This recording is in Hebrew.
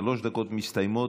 שלוש דקות מסתיימות,